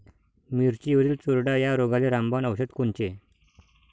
मिरचीवरील चुरडा या रोगाले रामबाण औषध कोनचे?